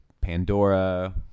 pandora